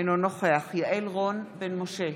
אינו נוכח יעל רון בן משה,